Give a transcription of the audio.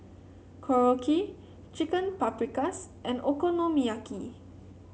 Korokke Chicken Paprikas and Okonomiyaki